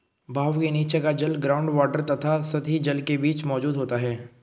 बहाव के नीचे का जल ग्राउंड वॉटर तथा सतही जल के बीच मौजूद होता है